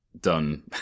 done